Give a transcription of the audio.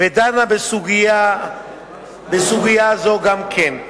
ודנה בסוגיה זו גם כן.